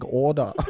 order